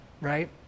right